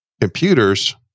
computers